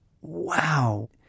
wow